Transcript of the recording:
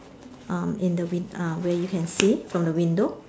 uh in the wind uh where you can see from the window